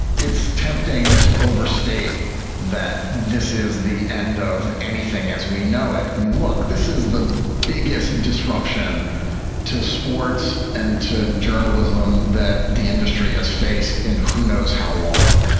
it's tempting to overstate that this is the end of anything as we know it. i mean, look, this is the biggest disruption to sports and to journalism that the industry has faced. and who knows how long.